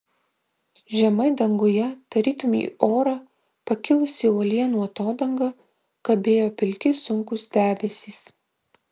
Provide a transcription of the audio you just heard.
žemai danguje tarytum į orą pakilusi uolienų atodanga kabėjo pilki sunkūs debesys